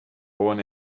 born